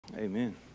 Amen